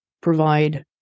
provide